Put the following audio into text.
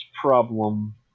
problem